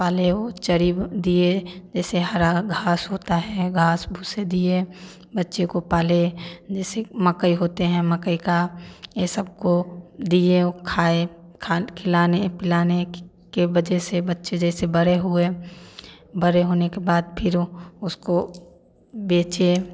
पालें वो चरी वो दिए जैसे हरा घास होता है घास भूसे दिए बच्चे को पाले जैसे एक मकई होते हैं मकई का ये सब को दिए और खाए खान खिलाने पिलाने के के वजह से बच्चे जैसे बड़े हुए बड़े होने के बाद फिर वो उसको बेचे